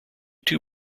two